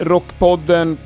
Rockpodden